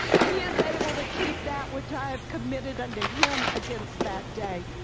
he is able to keep that which i have committed unto him against that day.